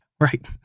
Right